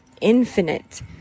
infinite